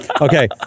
Okay